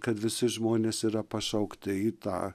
kad visi žmonės yra pašaukti į tą